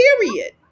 period